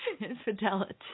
infidelity